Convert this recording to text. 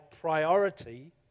priority